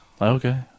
okay